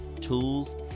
tools